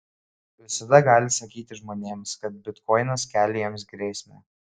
visada gali sakyti žmonėms kad bitkoinas kelia jiems grėsmę